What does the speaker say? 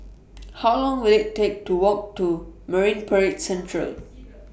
How Long Will IT Take to Walk to Marine Parade Central